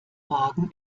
wagen